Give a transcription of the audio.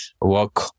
work